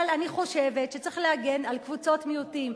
אבל אני חושבת שצריך להגן על קבוצות מיעוטים.